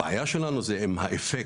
הבעיה שלנו היא עם האפקט,